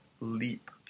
leap